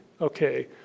okay